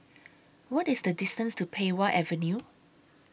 What IS The distance to Pei Wah Avenue